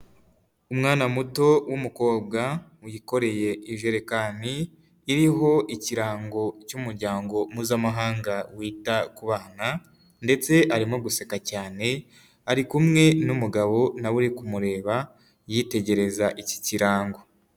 Umwana muto w'umukobwa, wikoreye ijerekani, iriho ikirango cy'umuryango mpuzamahanga wita ku bana, ndetse arimo guseka cyane, ari kumwe n'umugabo nawe uri kumureba yitegereza iki kirango.